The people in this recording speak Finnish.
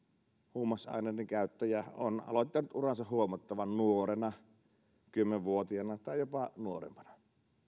huumausaineiden käyttäjä on aloittanut uransa huomattavan nuorena kymmenen vuotiaana tai jopa nuorempana